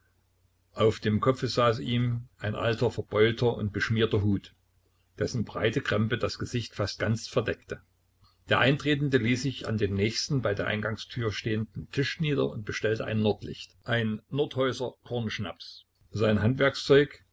auf dem kopfe saß ihm ein alter verbeulter und beschmierter hut dessen breite krempe das gesicht fast ganz verdeckte der eintretende ließ sich an dem nächsten bei der eingangstür stehenden tisch nieder und bestellte ein nordlicht nordhäuser kornschnaps sein